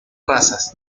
razas